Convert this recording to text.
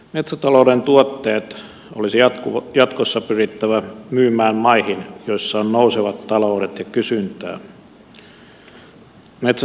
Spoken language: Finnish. metsätalouden tuotteet olisi jatkossa pyrittävä myymään maihin joissa on nousevat taloudet ja kysyntää